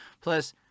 Plus